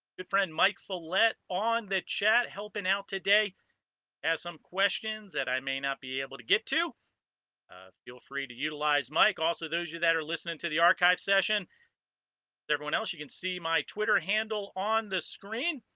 good friend mike follette on the chat helping out today has some questions that i may not be able to get to feel free to utilize mike also those you that are listening to the archived session everyone else you can see my twitter handle on the screen